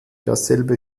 dasselbe